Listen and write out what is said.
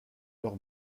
leurs